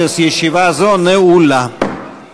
הישיבה הבאה תתקיים